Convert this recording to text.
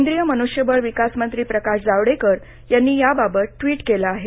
केंद्रीय मनुष्यबळ विकास मंत्री प्रकाश जावडेकर यांनी याबाबत ट्विट केलं आहे